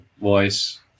voice